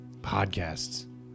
podcasts